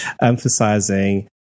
emphasizing